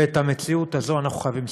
ואת המציאות הזאת אנחנו חייבים לסיים.